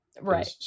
Right